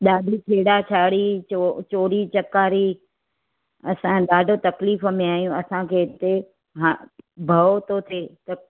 ॾाढी छेड़ाछेड़ी चो चोरी चकारी असां ॾाढो तकलीफ़ में आहियूं असांखे हिते हा भव थो थिए त